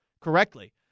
correctly